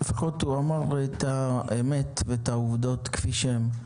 לפחות הוא אמר את האמת ואת העובדות כפי שהן.